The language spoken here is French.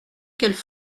qu’elles